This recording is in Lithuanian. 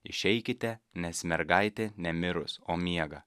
išeikite nes mergaitė ne mirus o miega